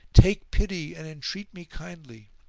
take pity and entreat me kindly!